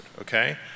okay